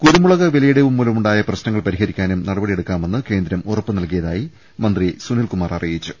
കുരുമുളക് വിലയിടിവ് മൂലമുണ്ടായ പ്രശ്നങ്ങൾ പരിഹ രിക്കാനും നടപടിയെടുക്കാമെന്ന് കേന്ദ്രം ഉറപ്പ് നൽകിയതായി മന്ത്രി സുനിൽ കുമാർ അറിയിച്ചു